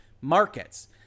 markets